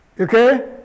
okay